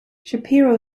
shapiro